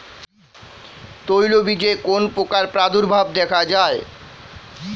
তৈলবীজে কোন পোকার প্রাদুর্ভাব দেখা যায়?